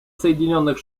соединенных